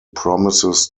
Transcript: promises